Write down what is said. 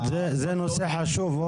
נושא חשוב,